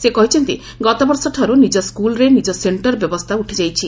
ସେ କହିଛନ୍ତି ଗତବର୍ଷଠାରୁ ନିକ ସ୍କୁଲରେ ନିକ ସେକ୍କର ବ୍ୟବସ୍କା ଉଠି ଯାଇଛି